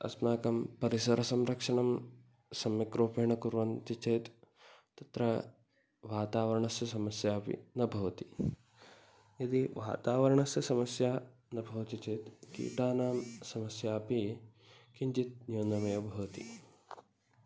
अस्माकं परिसरसंरक्षणं सम्यक्रूपेण कुर्वन्ति चेत् तत्र वातावरणस्य समस्यापि न भवति यदि वातावरणस्य समस्या न भवति चेत् कीटानां समस्यापि किञ्चित् न्यूनमेव भवति